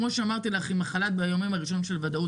כמו שאמרתי לך עם החל"ת ועם האי ודאות.